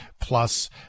plus